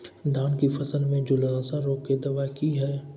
धान की फसल में झुलसा रोग की दबाय की हय?